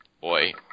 boy